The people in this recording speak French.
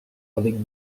avec